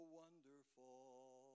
wonderful